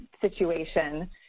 situation